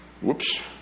whoops